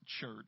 church